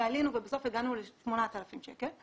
ועלינו ובסוף הגענו ל-8,000 שקלים?